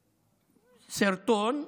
סרטון.